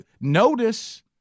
notice